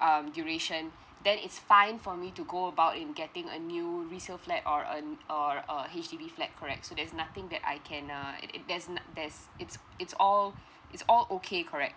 um duration then it's fine for me to go about in getting a new resale flat or a or a H_D_B flat correct so there is nothing that I can uh it it there's not~ there's it's it's all it's all okay correct